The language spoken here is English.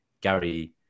Gary